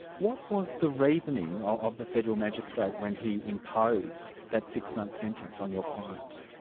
what was the reasoning of the federal magistrate when he imposed that six month sentence on your client?